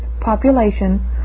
population